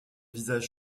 visage